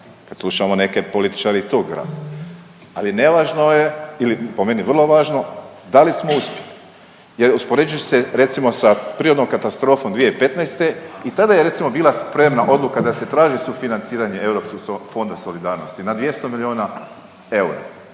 Kad slušamo neke političare iz tog grada, ali nevažno je, ili po meni vrlo važno da li smo uspjeli jer uspoređuju se, recimo, prirodnom katastrofom 2015. i tada je, recimo, bila spremna odluka da se traži sufinanciranje europskog Fonda solidarnosti na 200 milijuna eura.